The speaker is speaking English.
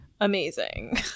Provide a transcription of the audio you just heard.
amazing